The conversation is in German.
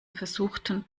versuchten